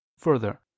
further